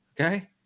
Okay